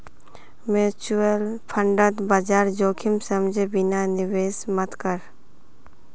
mutual फंडत बाजार जोखिम समझे बिना निवेश मत कर